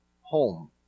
home